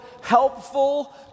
helpful